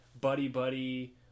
buddy-buddy